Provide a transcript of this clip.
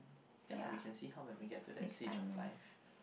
yeah lah we can see how we will make that to the stage of life